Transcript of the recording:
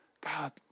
God